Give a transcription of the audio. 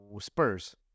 Spurs